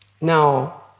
Now